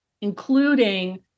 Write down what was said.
including